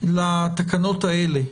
לתקנות האלה.